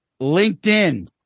LinkedIn